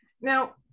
Now